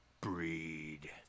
breed